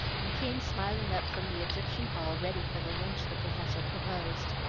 and came smiling up from the egyptian hall ready for the lunch the professor proposed.